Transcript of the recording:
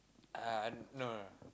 uh no no no